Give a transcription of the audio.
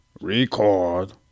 record